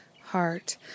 heart